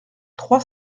trois